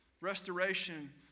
Restoration